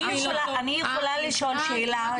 אני יכולה לשאול שאלה?